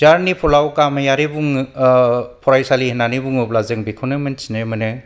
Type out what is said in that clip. जार्निफाल आव गामियारि बुङो फरायसालि होन्नानै बुङोब्ला जों बेखौनो मिथिना मोनो